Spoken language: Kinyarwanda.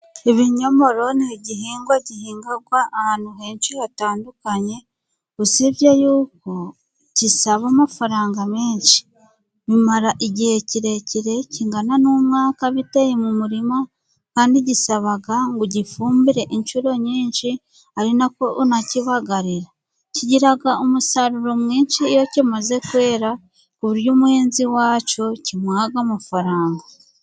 Ibinyomoro ni igihingwa gihingwa ahantu henshi hatandukanye , usibye yuko gisaba amafaranga menshi, bimara igihe kirekire kingana n'umwaka biteye mu murima , kandi gisaba ngo ugifumbire inshuro nyinshi ari nako unakibagarira ,kigira umusaruro mwinshi iyo kimaze kwera, ku buryo umuhinzi wacyo kimuha amafaranga.